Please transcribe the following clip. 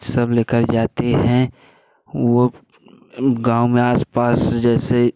सब लेकर जाते हैं वो गाँव में आसपास जैसे